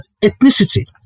ethnicity